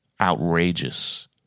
outrageous